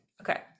Okay